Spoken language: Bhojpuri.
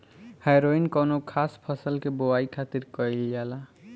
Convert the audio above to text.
हैरोइन कौनो खास फसल के बोआई खातिर कईल जाला